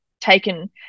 taken